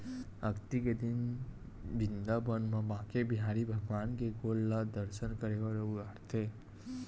अक्ती के दिन बिंदाबन म बाके बिहारी भगवान के गोड़ ल दरसन करे बर उघारथे